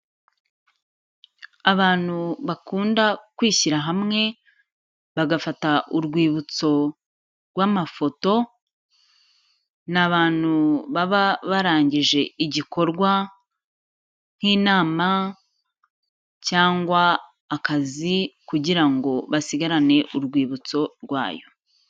Abantu bakunda kwishyira hamwe bagafata urwibutso rw'amafoto, ni abantu baba barangije igikorwa nk'inama, cyangwa akazi kugira ngo basigarane urwibutso rwayo.